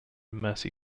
mercy